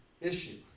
issue